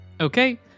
Okay